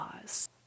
laws